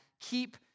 keep